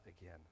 again